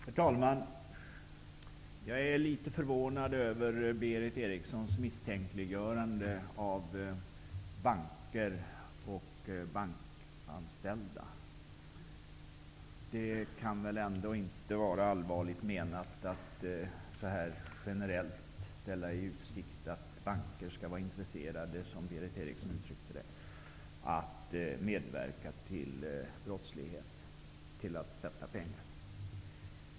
Herr talman! Jag är litet förvånad över Berith Erikssons misstänkliggörande av banker och bankanställda. Det kan väl ändå inte vara allvarligt menat att så generellt ställa i utsikt, som Berith Eriksson gör, att banker är intresserade av att medverka till brottslighet, nämligen att tvätta pengar.